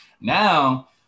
Now